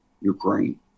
Ukraine